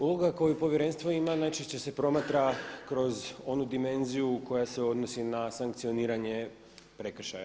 Uloga koju povjerenstvo ima najčešće se promatra kroz onu dimenziju koja se odnosi na sankcioniranje prekršaja.